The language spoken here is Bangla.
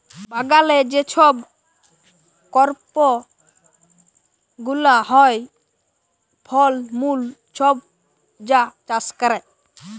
বাগালে যে ছব করপ গুলা হ্যয়, ফল মূল ছব যা চাষ ক্যরে